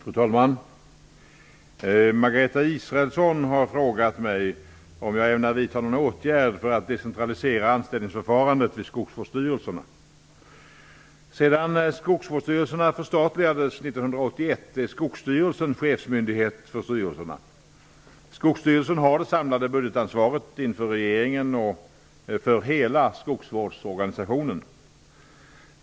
Fru talman! Margareta Israelsson har frågat mig om jag ämnar vidta någon åtgärd för att decentralisera anställningsförfarandet vid skogsvårdsstyrelserna. Skogsstyrelsen har det samlade budgetansvaret inför regeringen för hela skogsvårdsorganisationen.